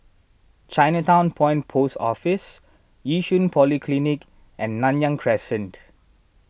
Chinatown Point Post Office Yishun Polyclinic and Nanyang Crescent